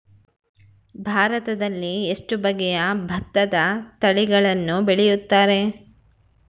ಭಾರತದಲ್ಲಿ ಎಷ್ಟು ಬಗೆಯ ಭತ್ತದ ತಳಿಗಳನ್ನು ಬೆಳೆಯುತ್ತಾರೆ?